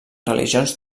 religions